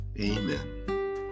Amen